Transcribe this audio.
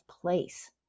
place